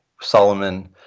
Solomon